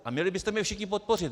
A měli byste mě všichni podpořit.